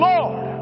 Lord